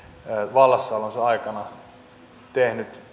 vallassaolonsa aikana tehnyt